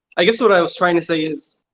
i guess, what i was trying to say is,